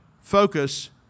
focus